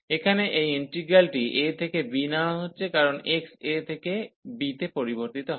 এখানে এই ইন্টিগ্রালটি a থেকে b নেওয়া হচ্ছে কারণ x a থেকে b তে পরিবর্তিত হয়